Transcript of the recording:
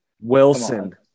Wilson